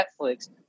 Netflix